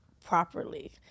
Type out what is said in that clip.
properly